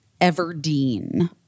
Everdeen